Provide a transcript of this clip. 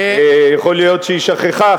יכול להיות שהיא שכחה.